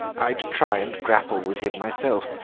i'd try and grapple with him myself,